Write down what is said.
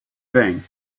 thing